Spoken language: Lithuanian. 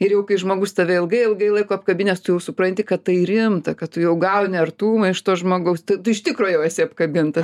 ir jau kai žmogus tave ilgai ilgai laiko apkabinęs tu jau supranti kad tai rimta kad tu jau gauni artumą iš to žmogaus tu iš tikro jau esi apkabintas